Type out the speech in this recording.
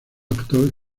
actor